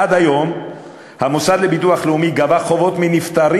עד היום המוסד לביטוח לאומי גבה חובות מנפטרים